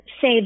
say